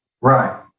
Right